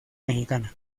mexicana